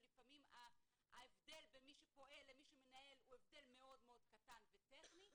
ולפעמים ההבדל בין מי שפועל ומי שמנהל הוא הבדל מאוד קטן וטכני,